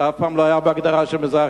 אף פעם לא היה בהגדרה של מזרח-ירושלים.